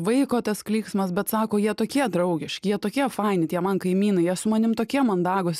vaiko tas klyksmas bet sako jie tokie draugiški jie tokie faini tie man kaimynai jie su manim tokie mandagūs